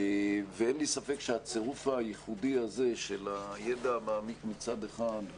אין לי ספק שהצירוף הייחודי הזה של הידע המעמיק מצד אחד,